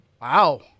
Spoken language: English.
Wow